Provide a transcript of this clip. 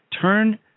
turn